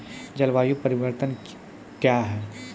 जलवायु परिवर्तन कया हैं?